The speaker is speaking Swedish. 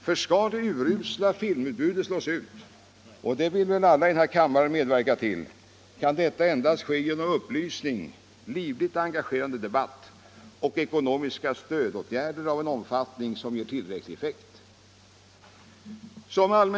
För skall det urusla filmutbudet slås ut — och det vill väl alla i denna kammare medverka till — kan detta ske endast genom upplysning, livligt engagerande debatt och ekonomiska stödåtgärder av en sådan omfattning att de ger tillräcklig effekt.